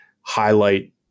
highlight